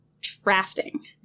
drafting